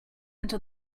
until